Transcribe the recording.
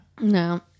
No